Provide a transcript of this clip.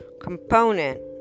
component